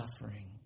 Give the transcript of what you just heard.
suffering